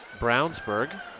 Brownsburg